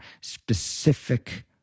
specific